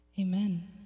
amen